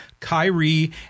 Kyrie